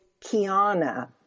Kiana